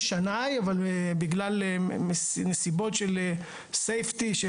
יש שנאי אבל בגלל נסיבות של בטיחות,